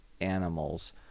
animals